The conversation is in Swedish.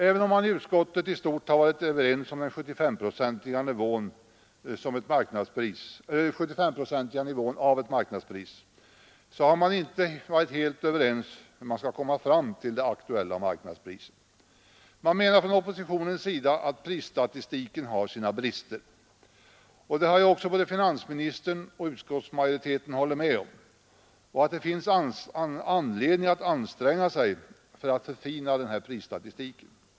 Även om man i utskottet i stort har varit överens om den 75-procentiga nivån av ett marknadspris, har man inte varit helt överens om hur man skall komma fram till det aktuella marknadspriset. Man menar från oppositionens sida att prisstatistiken har sina brister. Både finansministern och utskottsmajoriteten har ju också hållit med om att det finns anledning att anstränga sig för att förfina prisstatistiken.